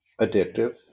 addictive